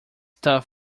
tough